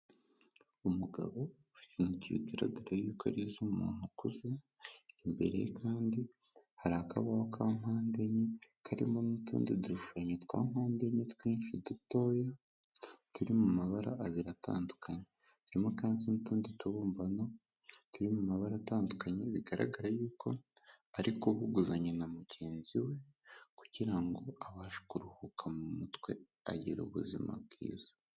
Umugabo u ufite ikigargara yuko ageza umuntu ukuze ubuzima bwiza